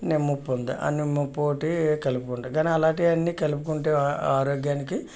నిమ్మ ఉప్పు ఉంది ఆ నిమ్మ ఉప్పు ఒకటి కలుపుకుంటాం కానీ అలాంటివన్నీ కలుపుకుంటే ఆ ఆరోగ్యానికి